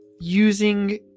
using